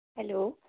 hello